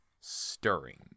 stirring